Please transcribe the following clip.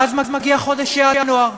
ואז מגיע חודש ינואר,